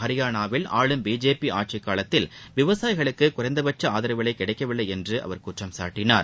ஹரியானாவில் ஆளும் பிஜேபி ஆட்சிக் காலத்தில் விவசாயிகளுக்கு குறைந்தபட்ச ஆதரவு விலை கிடைக்கவில்லை என்று அவர் குற்றம்சாட்டினார்